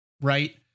Right